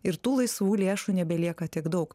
ir tų laisvų lėšų nebelieka tiek daug